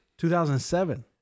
2007